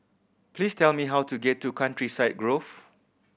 please tell me how to get to Countryside Grove